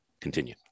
continue